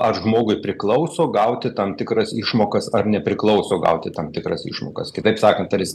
ar žmogui priklauso gauti tam tikras išmokas ar nepriklauso gauti tam tikras išmokas kitaip sakant ar jis